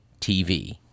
TV